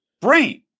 brain